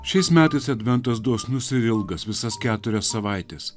šiais metais adventas dosnus ir ilgas visas keturias savaites